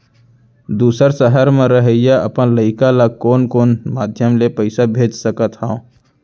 दूसर सहर म रहइया अपन लइका ला कोन कोन माधयम ले पइसा भेज सकत हव?